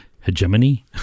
Hegemony